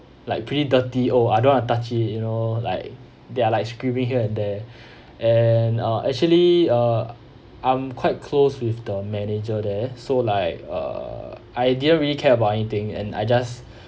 like pretty dirty oh I don't want to touch it you know like they are like screaming here and there and uh actually uh I'm quite close with the manager there so like uh I didn't really care about anything and I just